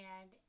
and-